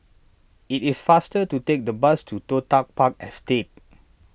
it is faster to take the bus to Toh Tuck Park Estate